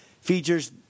features